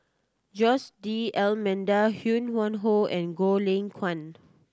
Jose D'Almeida Ho Yuen Hoe and Goh Lay Kuan